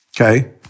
Okay